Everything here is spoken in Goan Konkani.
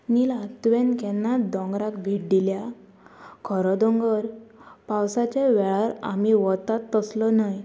निला तुवेन केन्नाच दोंगराक भेट दिल्या खरो दोंगर पावसाच्या वेळार आमी वतात तसलो न्हय